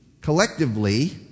collectively